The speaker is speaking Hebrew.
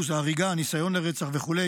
הריגה ניסיון לרצח וכו',